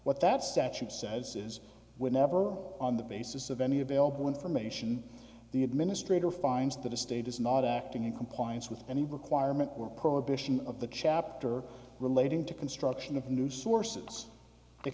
what that statute says is were never on the basis of any available information the administrator finds that a state is not acting in compliance with any requirement or prohibition of the chapter relating to construction of new sources th